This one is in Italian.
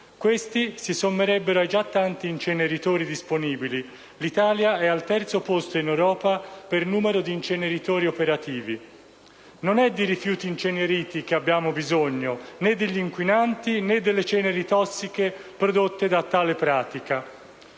che si sommerebbero ai già tanti inceneritori disponibili: l'Italia è infatti al terzo posto in Europa per numero di inceneritori operativi. Non è di rifiuti inceneriti che abbiamo bisogno né degli inquinanti e delle ceneri tossiche prodotte da tale pratica.